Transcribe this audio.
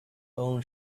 own